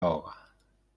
ahoga